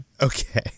Okay